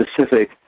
specific